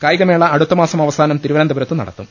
കായികമേള അടുത്തമാസം അവസാനം തിരുവനന്തപുരത്ത് നടത്തും